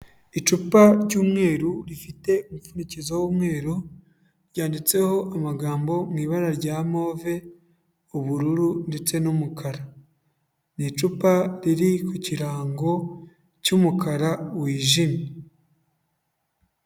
Icupa ry'umweru rifite umupfundikizo w'umweru, ryanditseho amagambo mu ibara rya move, ubururu ndetse n'umukara. Ni icupa riri ku kirango cy'umukara wijimye.